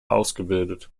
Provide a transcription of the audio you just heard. ausgebildet